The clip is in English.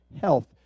health